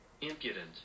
Impudent